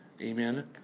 Amen